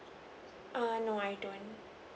err no I don't